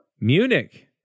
Munich